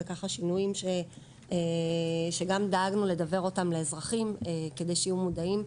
אלה שינויים שגם דאגנו לדוור אותם לאזרחים כדי שיהיו מודעים,